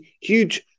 huge